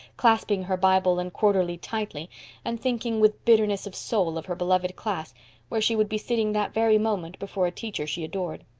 clasping her bible and quarterly tightly and thinking with bitterness of soul of her beloved class where she should be sitting that very moment, before a teacher she adored.